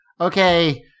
Okay